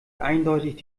eindeutig